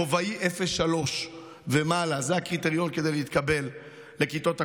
רובאי 03 ומעלה זה הקריטריון כדי להתקבל לכיתות הכוננות.